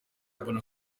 mbona